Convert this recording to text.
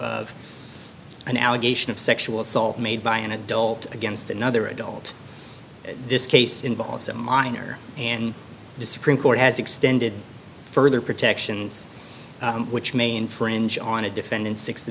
of an allegation of sexual assault made by an adult against another adult this case involves a minor and the supreme court has extended further protections which may infringe on a defendant